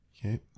okay